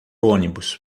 onibus